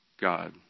God